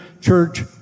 church